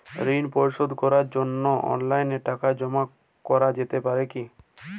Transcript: ঋন পরিশোধ করার জন্য অনলাইন টাকা জমা করা যেতে পারে কি?